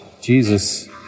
Jesus